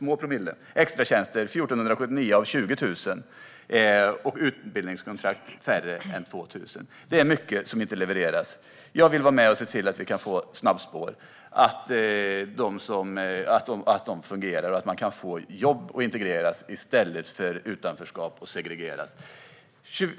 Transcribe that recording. Av extratjänster har det blivit 1 479 av 20 000 och av utbildningskontrakt färre än 2 000. Det är mycket som inte levereras. Jag vill vara med och se till att vi kan få snabbspår som fungerar så att man kan få jobb och integreras i stället för att hamna i utanförskap och segregeras.